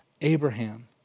Abraham